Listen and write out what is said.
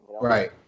Right